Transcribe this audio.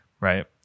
Right